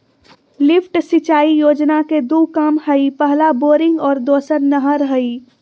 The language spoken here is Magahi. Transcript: लिफ्ट सिंचाई योजना के दू काम हइ पहला बोरिंग और दोसर नहर हइ